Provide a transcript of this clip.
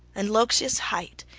and, loxias hight,